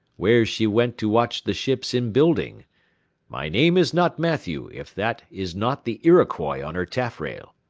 where she went to watch the ships in building my name is not mathew, if that is not the iroquois on her taffrail.